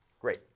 Great